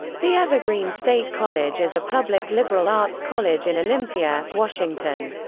the evergreen state college is a public liberal arts college in olympia, washington.